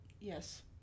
Yes